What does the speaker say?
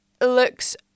looks